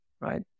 right